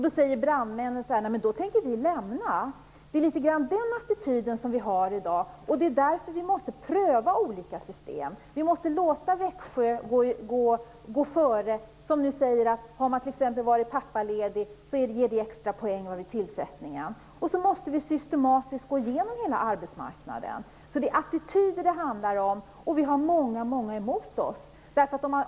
Då säger brandmännen: I så fall tänker vi lämna Kommunal. Det är litet grand av den attityden som vi har i dag. Det är därför som vi måste pröva olika system. Vi måste låta Växjö gå före, som nu säger att det ger extrapoäng vid tillsättningen om man har varit pappaledig. Så måste vi systematiskt gå igenom hela arbetsmarknaden. Det är attityder det handlar om, och vi har många emot oss.